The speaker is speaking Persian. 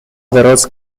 دراز